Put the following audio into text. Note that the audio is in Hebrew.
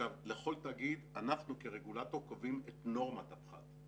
לכל תאגיד אנחנו כרגולטור קובעים את נורמת הפחת,